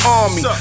army